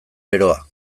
beroa